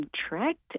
contract